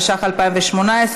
התשע"ח 2018,